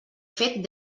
fet